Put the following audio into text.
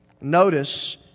Notice